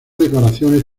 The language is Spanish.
decoraciones